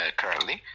currently